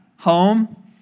home